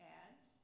adds